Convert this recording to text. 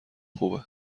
خوبه